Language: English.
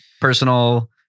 personal